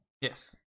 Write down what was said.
Yes